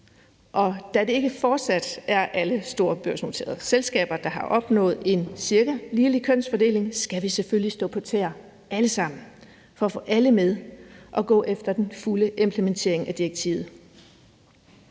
og da det fortsat ikke er alle store børsnoterede selskaber, der har opnået en cirka ligelig kønsfordeling, skal vi selvfølgelig alle sammen stå på tæer for at få alle med og gå efter den fulde implementering af direktivet.